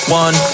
one